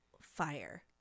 fire